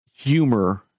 Humor